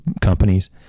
companies